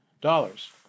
dollars